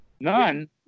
None